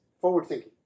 forward-thinking